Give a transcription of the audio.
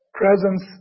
presence